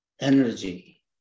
energy